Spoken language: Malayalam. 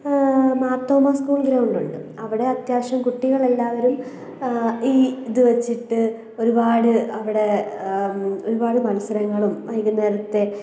മാർത്തോമാ സ്കൂൾ ഗ്രൗണ്ടുണ്ട് അവിടെ അത്യാവശ്യം കുട്ടികളെല്ലാവരും ഈ ഇതു വെച്ചിട്ട് ഒരുപാട് അവിടെ ഒരുപാട് മത്സരങ്ങളും വൈകുന്നേരത്തെ